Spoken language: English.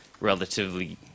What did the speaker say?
relatively